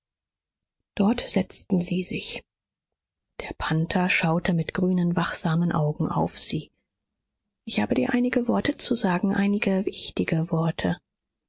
dort setzten sie sich der panther schaute mit grünen wachsamen augen auf sie ich habe dir einige worte zu sagen einige wichtige worte